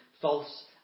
false